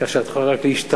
כך שאת יכולה רק להשתבח,